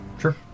Sure